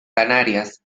canarias